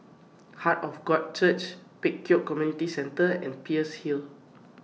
Heart of God Church Pek Kio Community Centre and Peirce Hill